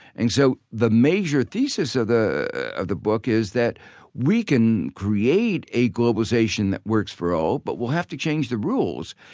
and so the major thesis of the book is that we can create a globalization that works for all, but we'll have to change the rules.